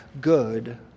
good